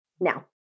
Now